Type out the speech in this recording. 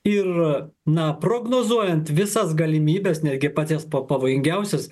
ir na prognozuojant visas galimybes netgi paties po pavojingiausius